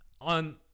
on